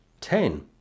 Ten